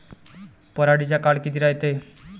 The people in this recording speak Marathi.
पराटीचा काळ किती रायते?